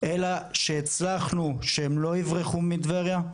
אלא שהצלחנו שהם לא יברחו מטבריה,